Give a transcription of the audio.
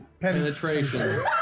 penetration